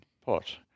pot